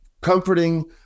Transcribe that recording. comforting